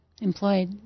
employed